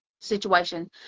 situation